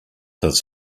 his